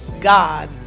God